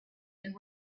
and